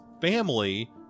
family